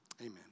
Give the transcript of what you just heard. Amen